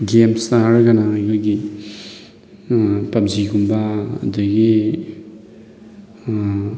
ꯒꯦꯝꯁꯇ ꯍꯥꯏꯔꯒꯅ ꯑꯩꯈꯣꯏꯒꯤ ꯄꯨꯕꯖꯤꯒꯨꯝꯕ ꯑꯗꯒꯤ